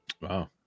Wow